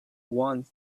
want